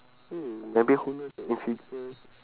mm maybe who knows ah in futures